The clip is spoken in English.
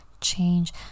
change